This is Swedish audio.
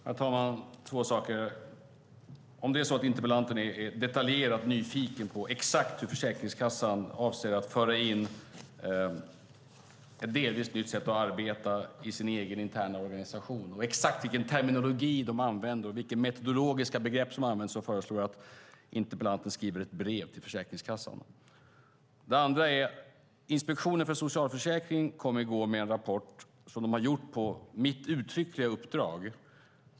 Herr talman! Om interpellanten är nyfiken på exakt hur Försäkringskassan avser att föra in ett delvis nytt sätt att arbeta i sin interna organisation, exakt vilken terminologi de använder och vilka metodologiska begrepp som används föreslår jag att hon skriver ett brev till Försäkringskassan. Inspektionen för socialförsäkringen kom i går med en rapport som de har gjort på mitt uttryckliga uppdrag.